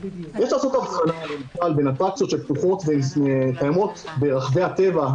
יש לעשות הבחנה למשל בין אטרקציות שפתוחות וקיימות ברחבי הטבע,